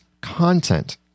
content